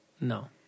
no